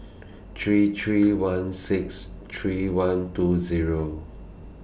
three three one six three one two Zero